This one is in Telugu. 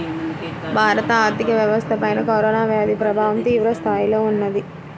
భారత ఆర్థిక వ్యవస్థపైన కరోనా వ్యాధి ప్రభావం తీవ్రస్థాయిలో ఉన్నది